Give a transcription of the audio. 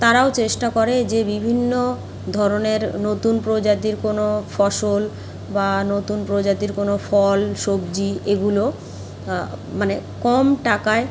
তারাও চেষ্টা করে যে বিভিন্ন ধরনের নতুন প্রজাতির কোনো ফসল বা নতুন প্রজাতির কোনো ফল সবজি এগুলো মানে কম টাকায়